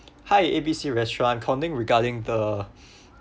hi A B C restaurant I'm calling regarding the